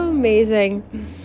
amazing